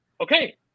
Okay